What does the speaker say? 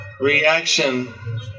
reaction